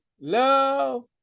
love